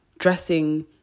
dressing